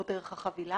לא דרך החבילה,